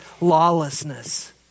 lawlessness